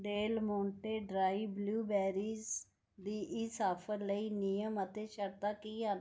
Del Monte dry blueberries ਦੀ ਇਸ offer ਲਈ ਨਿਯਮ ਅਤੇ ਸ਼ਰਤਾਂ ਕੀ ਹਨ